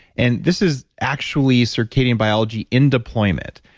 and this is actually circadian biology in deployment.